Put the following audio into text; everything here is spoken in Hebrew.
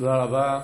תודה רבה.